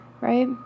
Right